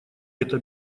это